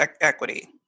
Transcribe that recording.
Equity